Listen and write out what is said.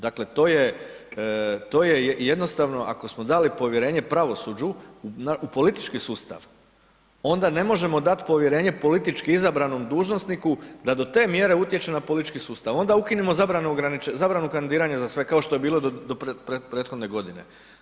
Dakle, to je jednostavno, ako smo dali povjerenje pravosuđu u politički sustav onda ne možemo dati povjerenje politički izabranom dužnosniku da do te mjere utječe na politički sustav, onda ukinimo zabranu kandidiranja za sve kao što bilo do prethodne godine.